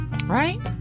Right